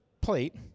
plate